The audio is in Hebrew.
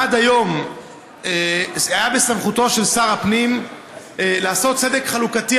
אם עד היום היה בסמכותו של שר הפנים לעשות צדק חלוקתי